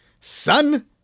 Son